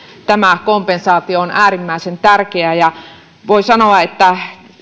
tämä kompensaatio on äärimmäisen tärkeä voin sanoa että